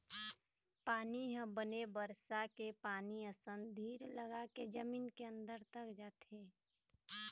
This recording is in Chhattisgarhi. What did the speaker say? पानी ह बने बरसा के पानी असन धीर लगाके जमीन के अंदर तक जाथे